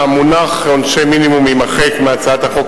המונח "עונשי מינימום" יימחק מהצעת החוק,